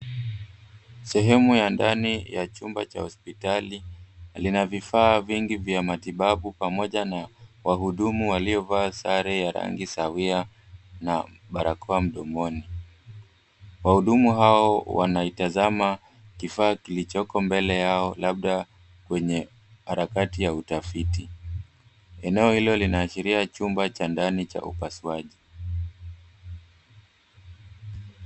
Sehemu ya ndani ya chumba cha hospitali lina vifaa vingi vya matibabu pamoja na wahudumu waliovaa sare ya rangi sawia na barakoa mdomoni. Wahudumu hao wanaitazama kifaa kilichoko mbele yao labda kwenye harakati ya utafiti. Eneo hilo linaashiria chumba cha ndani cha upasuaji.